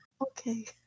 Okay